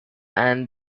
and